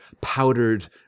powdered